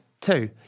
Two